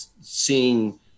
seeing